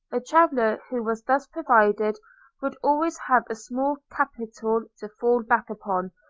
a traveller who was thus provided would always have a small capital to fall back upon,